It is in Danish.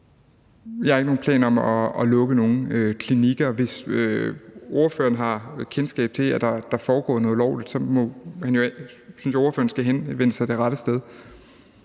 Jeg har ikke nogen planer om at lukke nogen klinikker. Hvis ordføreren har kendskab til, at der foregår noget ulovligt, synes jeg, at ordføreren skal henvende sig det rette sted.